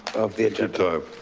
of the agenda.